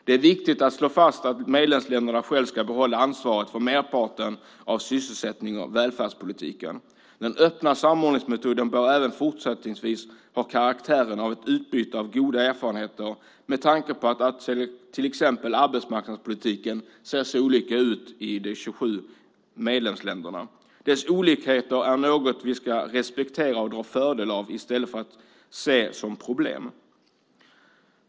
Det är viktigt att slå fast att medlemsländerna själva ska behålla ansvaret för merparten av sysselsättnings och välfärdspolitiken. Den öppna samordningsmetoden bör även fortsättningsvis ha karaktären av ett utbyte av goda erfarenheter med tanke på att till exempel arbetsmarknadspolitiken ser så olika ut i de 27 medlemsländerna. Dessa olikheter är något vi ska respektera och dra fördel av i stället för att se som problem.